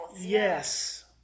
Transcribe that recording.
yes